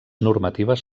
normatives